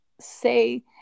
say